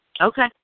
Okay